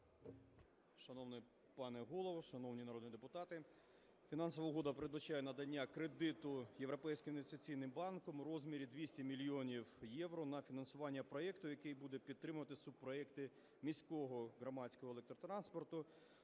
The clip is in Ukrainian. Шановний пане Голово, шановні народні депутати! Фінансова угода передбачає надання кредиту Європейським інвестиційним банком в розмірі 200 мільйонів євро на фінансування проекту, який буде підтримувати субпроекти міського громадського електротранспорту